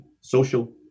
social